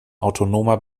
autonomer